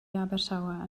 abertawe